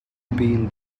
been